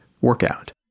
workout